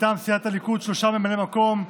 מטעם סיעת הליכוד שלושה ממלאי מקום: